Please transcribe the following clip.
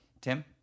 Tim